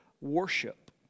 Worship